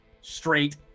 straight